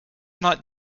not